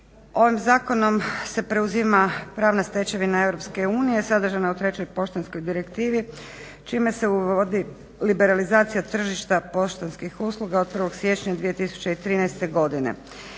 Ovim zakonom se preuzima pravna stečevina EU sadržana u trećoj poštanskoj direktivi čime se uvodi liberalizacija tržišta poštanskih usluga od 1. siječnja 2013. godine.